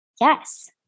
Yes